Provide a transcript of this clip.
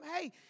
hey